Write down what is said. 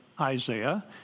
Isaiah